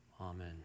Amen